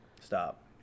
Stop